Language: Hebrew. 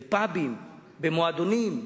בפאבים, במועדונים,